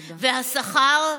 והשכר?